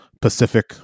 Pacific